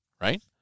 right